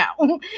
no